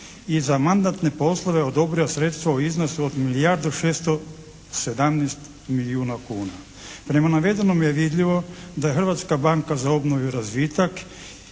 i za mandatne poslove odobrio sredstva u iznosu od milijardu 617 milijuna kuna. Prema navedenom je vidljivo da je Hrvatska banka za obnovu i razvitak